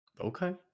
Okay